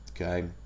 Okay